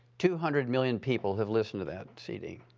two hundred million people have listened to that cd.